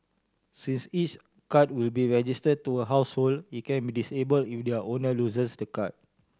since each card will be registered to a household it can be disable if their owner loses the card